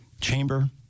chamber